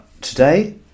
today